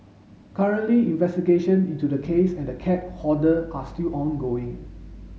currently investigation into the case and the cat hoarder are still ongoing